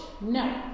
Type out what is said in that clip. No